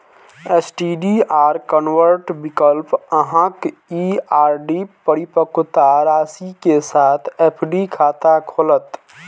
STDR convert विकल्प अहांक ई आर.डी परिपक्वता राशि के साथ एफ.डी खाता खोलत